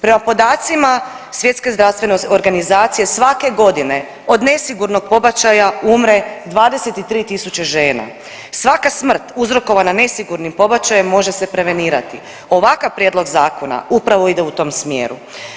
Prema podacima Svjetske zdravstvene organizacije svake godine od nesigurnog pobačaja umre 23.000 žena, svaka smrt uzrokovana nesigurnim pobačajem može se prevenirati, ovakav prijedlog zakona upravo ide u tom smjeru.